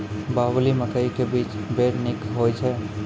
बाहुबली मकई के बीज बैर निक होई छै